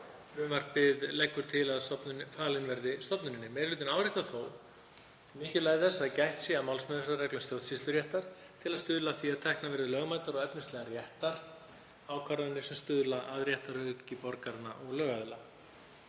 sem frumvarpið leggur til að falin verði stofnuninni. Meiri hlutinn áréttar þó mikilvægi þess að gætt sé að málsmeðferðarreglum stjórnsýsluréttar til að stuðla að því að teknar verði lögmætar og efnislega réttar ákvarðanir sem stuðla að réttaröryggi borgaranna og lögaðila.